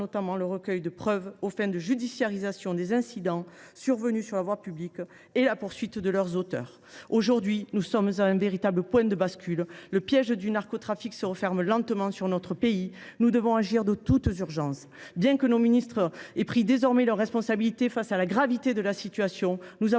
le recueil de preuves aux fins de judiciarisation des incidents survenus sur la voie publique et la poursuite de leurs auteurs. Aujourd’hui, nous sommes à un véritable point de bascule. Le piège du narcotrafic se referme lentement sur notre pays. Nous devons agir de toute urgence. Bien que nos ministres aient pris désormais leurs responsabilités face à la gravité de la situation, nous avons